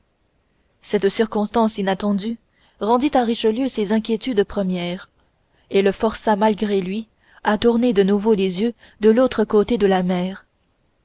cette circonstance inattendue rendit à richelieu ses inquiétudes premières et le força malgré lui à tourner de nouveau les yeux de l'autre côté de la mer